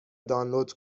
دانلود